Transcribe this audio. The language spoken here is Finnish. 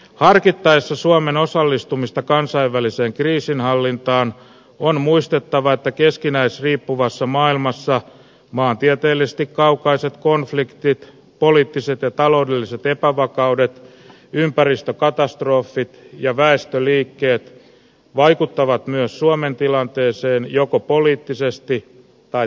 harkittaessa suomen osallistumista kansainväliseen kriisinhallintaan on muistettava että keskinäisriippuvassa maailmassa maantieteellisesti kaukaiset konfliktit poliittiset ja taloudelliset epävakaudet ympäristökatast rofit ja väestöliikkeet vaikuttavat myös suomen tilanteeseen joko poliittisesti tai taloudellisesti